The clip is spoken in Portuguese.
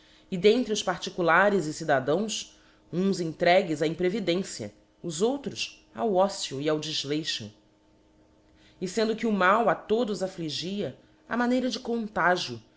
e dentre os particulares e cidadãos uns entregues á imprevidência os outros ao ócio e ao deíleixo e fendo que o mal a todos affligia á maneira de contagio